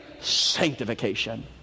sanctification